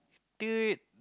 do it